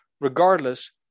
Regardless